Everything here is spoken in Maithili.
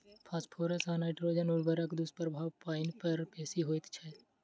फास्फोरस आ नाइट्रोजन उर्वरकक दुष्प्रभाव पाइन पर बेसी होइत छै